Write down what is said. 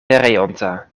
pereonta